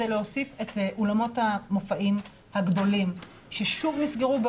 זה להוסיף את אולמות המופעים הגדולים ששוב נסגרו.